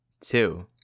Two